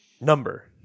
Number